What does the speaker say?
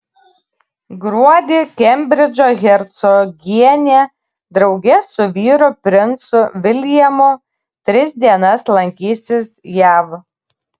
gruodį kembridžo hercogienė drauge su vyru princu viljamu tris dienas lankysis jav